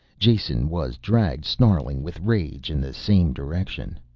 jason was dragged, snarling with rage, in the same direction.